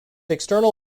external